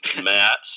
matt